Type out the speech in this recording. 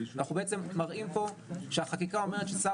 אנחנו בעצם מראים פה שהחקיקה אומרת ששר